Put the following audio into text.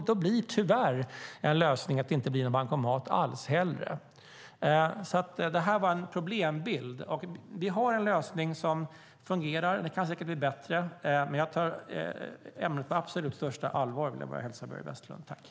Då blir tyvärr en lösning att det inte blir någon bankomat alls. Det jag gav var en problembild. Vi har ett system som fungerar, men det kan säkert blir bättre. Jag vill bara hälsa Börje Vestlund att jag tar ämnet på absolut största allvar.